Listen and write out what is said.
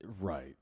Right